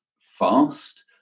fast